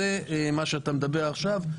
על זה אתה מדבר עכשיו.